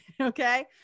okay